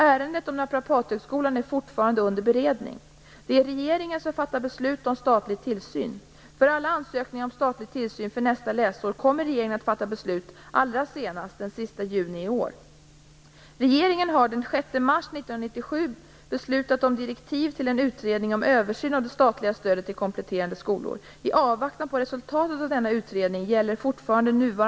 Ärendet om Naprapathögskolan är fortfarande under beredning. Det är regeringen som fattar beslut om statlig tillsyn. För alla ansökningar om statlig tillsyn för nästa läsår kommer regeringen att fatta beslut allra senast den 30 juni i år.